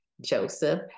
joseph